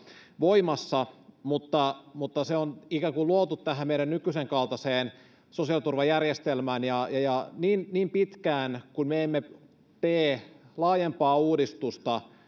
voimassa mutta mutta se on ikään kuin luotu tähän meidän nykyisen kaltaiseen sosiaaliturvajärjestelmään niin niin pitkään kun me emme tee sosiaaliturvaan laajempaa uudistusta